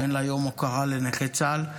ואין לה יום הוקרה לנכי צה"ל?